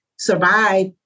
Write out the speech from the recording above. survive